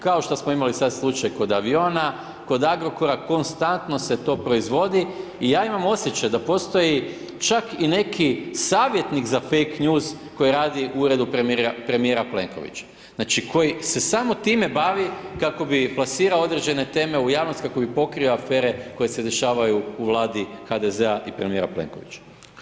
Kao što smo imali sad slučaj kod aviona, kod Agrokora, konstantno se to proizvodi i ja imam osjećaj da postoji čak i neki savjetnik za fake news koji rade u uredu premijera Plenkovića, znači koji se samo time bavi kako bi plasirao određene teme u javnost, kako bi pokrio afere koje se dešavaju u Vladi HSZ-a i premijera Plenkovića.